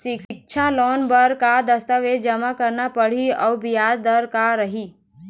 सिक्छा लोन बार का का दस्तावेज जमा करना पढ़ही अउ ब्याज दर का रही?